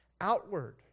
outward